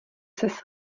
ses